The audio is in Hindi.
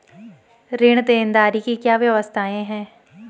ऋण देनदारी की क्या क्या व्यवस्थाएँ हैं?